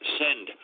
send